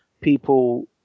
people